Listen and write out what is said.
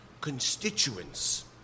constituents